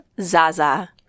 Zaza